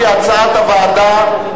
כהצעת הוועדה.